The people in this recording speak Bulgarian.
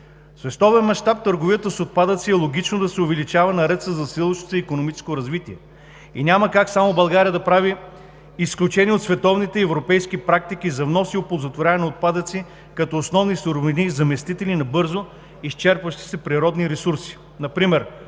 световен мащаб търговията с отпадъци е логично да се увеличава наред със засилващото се икономическо развитие. Няма как само България да прави изключение от световните и европейските практики за внос и оползотворяване на отпадъци като основни суровини, заместители на бързо изчерпващите се природни ресурси,